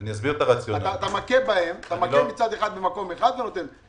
אתה מכה בהם מצד אחד ונותן מצד שני.